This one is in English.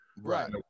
right